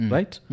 Right